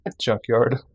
Junkyard